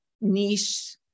niche